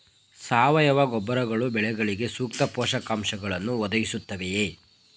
ಸಾವಯವ ಗೊಬ್ಬರಗಳು ಬೆಳೆಗಳಿಗೆ ಸೂಕ್ತ ಪೋಷಕಾಂಶಗಳನ್ನು ಒದಗಿಸುತ್ತವೆಯೇ?